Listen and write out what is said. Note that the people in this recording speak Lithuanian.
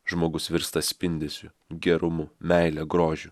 žmogus virsta spindesiu gerumu meile grožiu